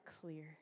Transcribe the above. clear